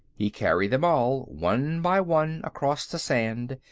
he carried them all, one by one, across the sand,